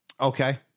okay